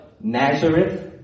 Nazareth